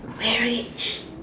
marriage